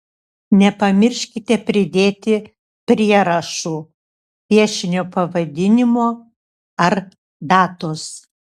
nepamirškite pridėti prierašų piešinio pavadinimo ar datos